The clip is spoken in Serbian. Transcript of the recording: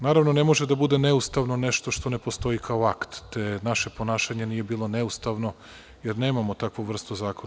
Naravno, ne može da bude neustavno nešto što ne postoji kao akt, te naše ponašanje nije bilo neustavno, jer nemamo takvu vrstu zakona.